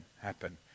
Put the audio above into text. happen